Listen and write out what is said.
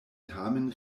tamen